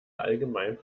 allgemein